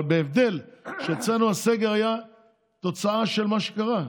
אבל ההבדל הוא שאצלנו הסגר היה כתוצאה ממה שקרה,